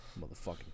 motherfucking